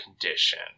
condition